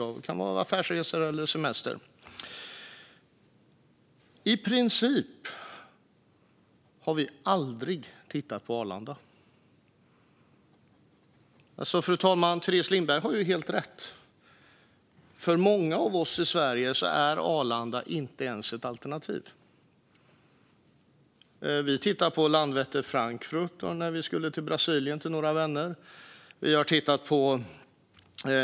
Det kan vara affärsresor eller semester. Vi har i princip aldrig tittat på Arlanda. Teres Lindberg har helt rätt, fru talman. För många av oss i Sverige är Arlanda inte ett alternativ. Vi tittade på Landvetter-Frankfurt när vi skulle till några vänner i Brasilien.